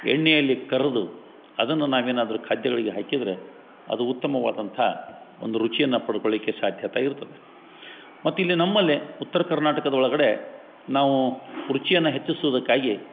ಎಣ್ಣೆಯಲ್ಲಿ ಕರ್ದು ಅದನ್ನು ನಾವೇನಾದರು ಖಾದ್ಯಗಳಿಗೆ ಹಾಕಿದರೆ ಅದು ಉತ್ತಮವಾದಂಥ ಒಂದು ರುಚಿಯನ್ನ ಪಡ್ಕೊಳ್ಲಿಕ್ಕೆ ಸಾಧ್ಯತೆ ಇರ್ತದೆ ಮತ್ತಿಲ್ಲೆ ನಮ್ಮಲ್ಲೆ ಉತ್ತರ ಕರ್ನಾಟಕದ ಒಳಗಡೆ ನಾವು ರುಚಿಯನ್ನ ಹೆಚ್ಚಿಸುವುದಕ್ಕಾಗಿ